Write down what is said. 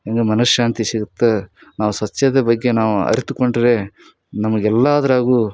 ನಮ್ಗೆ ಮನಃಶಾಂತಿ ಸಿಗುತ್ತೆ ನಾವು ಸ್ವಚ್ಛತೆ ಬಗ್ಗೆ ನಾವು ಅರಿತುಕೊಂಡ್ರೆ ನಮ್ಗೆ ಎಲ್ಲದ್ರಾಗೆ